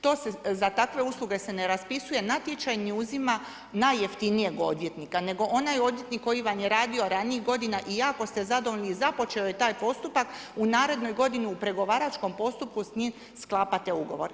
To se za takve usluge se ne raspisuje natječaj niti uzima najjeftinijeg odvjetnika, nego onaj odvjetnik koji vam je radio ranijih godina i jako ste zadovoljni započeo je taj postupak u narednoj godini u pregovaračkom postupku s njim sklapate ugovor.